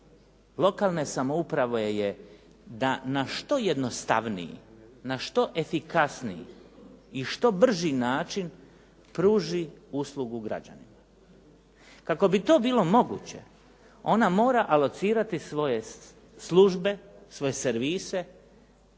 lokalne samouprave je da na što jednostavniji, na što efikasniji i što brži način pruži uslugu građanima. Kako bi to bilo moguće ona mora alocirati svoje službe, svoje servise